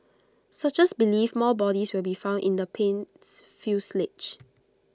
searchers believe more bodies will be found in the plane's fuselage